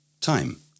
time